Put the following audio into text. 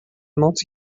multi